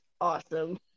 awesome